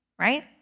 right